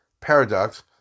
paradox